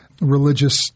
religious